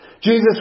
Jesus